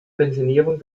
pensionierung